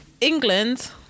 England